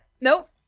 Nope